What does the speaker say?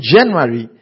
January